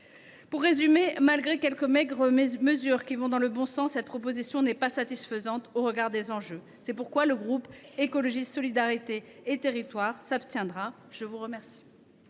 En résumé, malgré quelques maigres mesures qui vont dans le bon sens, cette proposition de loi n’est pas satisfaisante au regard des enjeux. C’est pourquoi le groupe Écologiste – Solidarité et Territoires s’abstiendra. La parole